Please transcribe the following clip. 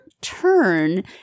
turn